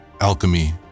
alchemy